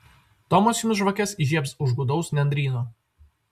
tomas jums žvakes įžiebs už gūdaus nendryno